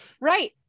right